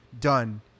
done